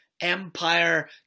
Empire